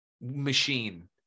machine